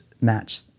match